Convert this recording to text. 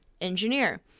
engineer